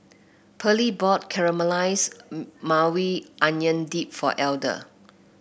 Pearlie bought Caramelized Maui Onion Dip for Elder